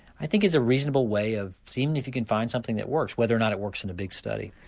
i think it's a reasonable way of seeing if you can find something that works whether or not it works in a big study.